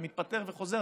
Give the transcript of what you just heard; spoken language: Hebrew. ומתפטר וחוזר,